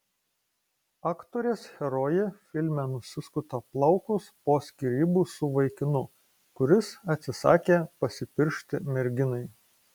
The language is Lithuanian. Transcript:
aktorės herojė filme nusiskuta plaukus po skyrybų su vaikinu kuris atsisakė pasipiršti merginai